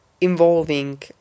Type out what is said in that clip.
involving